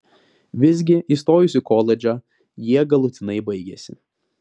visgi įstojus į koledžą jie galutinai baigėsi